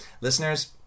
listeners